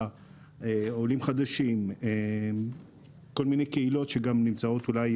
כל מיני קהילות שגם נמצאות אולי בעולם של החרדים והדרוזים,